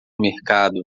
mercado